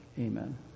Amen